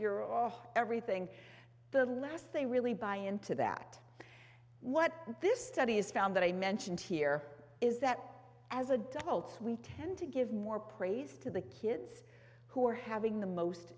you're off everything the less they really buy into that what this study has found that i mentioned here is that as adults we tend to give more praise to the kids who are having the most